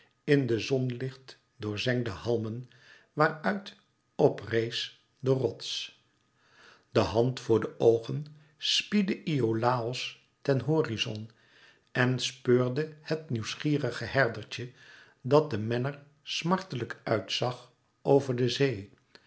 in de zonlichtdoorzengde halmen waar uit p rees de rots de hand voor de oogen spiedde iolàos ten horizon en speurde het nieuwsgierige herdertje dat de menner smartelijk uit zag over de zee